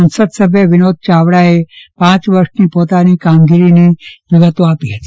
સાંસદ શ્રી વિનોદભાઈ ચાવડાએ પાંચ વર્ષની પોતાની કામગીરીની વિગતો આપી હતી